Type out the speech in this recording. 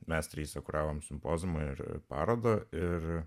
mes trise kuravome simpoziumą ir parodą ir